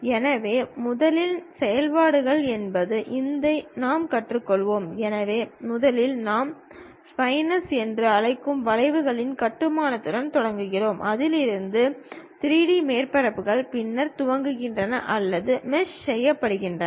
எனவே முதலில் நாம் ஸ்ப்லைன்ஸ் என்று அழைக்கும் வளைவுகளின் கட்டுமானத்துடன் தொடங்குகிறது அதில் இருந்து 3D மேற்பரப்புகள் பின்னர் துடைக்கப்படுகின்றன அல்லது மெஷ் செய்யப்படுகின்றன